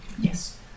Yes